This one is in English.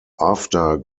after